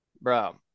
Bro